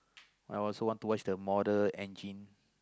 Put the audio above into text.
I also want to watch the-Mortal-Engines